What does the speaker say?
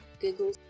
Google